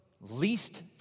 least